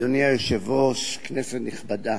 אדוני היושב-ראש, כנסת נכבדה,